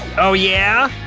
oh yeah?